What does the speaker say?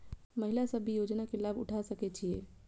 महिला सब भी योजना के लाभ उठा सके छिईय?